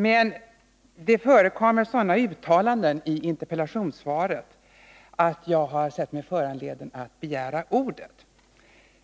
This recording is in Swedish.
Men det förekommer sådana uttalanden i interpellationssvaret att jag har sett mig föranledd att begära ordet.